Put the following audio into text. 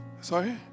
Sorry